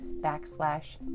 backslash